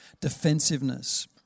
defensiveness